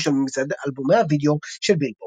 הראשון במצעד אלבומי הווידאו של בילבורד.